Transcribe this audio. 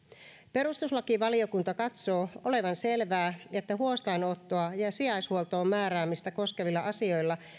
perustuslakivaliokunta katsoo olevan selvää että huostaanottoa ja ja sijaishuoltoon määräämistä koskevilla asioilla